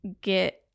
get